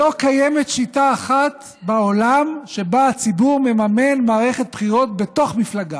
לא קיימת שיטה אחת בעולם שבה הציבור מממן מערכת בחירות בתוך מפלגה.